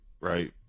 right